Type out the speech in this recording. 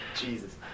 Jesus